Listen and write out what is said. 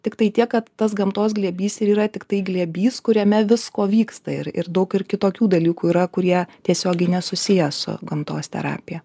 tiktai tiek kad tas gamtos glėbys ir yra tiktai glėbys kuriame visko vyksta ir ir daug ir kitokių dalykų yra kurie tiesiogiai nesusiję su gamtos terapija